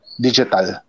digital